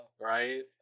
Right